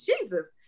Jesus